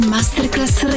Masterclass